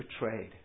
betrayed